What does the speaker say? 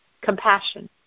Compassion